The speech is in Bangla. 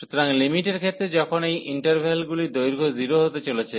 সুতরাং লিমিটের ক্ষেত্রে যখন এই ইন্টারভ্যালগুলির দৈর্ঘ্য 0 হতে চলেছে